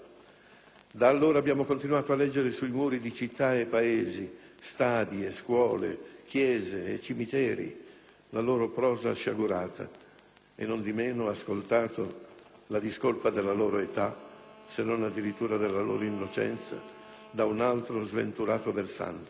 Da allora abbiamo continuato a leggere sui muri di città e paesi, stadi e scuole, chiese e cimiteri la loro prosa sciagurata e nondimeno ascoltato la discolpa della loro età, se non addirittura della loro innocenza, da un altro sventurato versante: